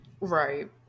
right